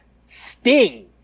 Sting